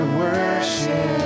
worship